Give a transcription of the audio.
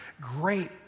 great